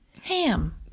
Ham